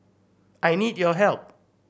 I need your help